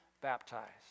baptized